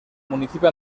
municipio